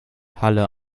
halle